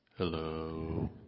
Hello